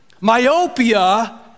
myopia